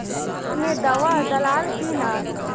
खेत मे दावा दालाल कि न?